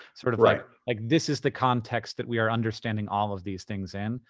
sort of like, like this is the context that we are understanding all of these things in.